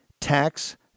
Tax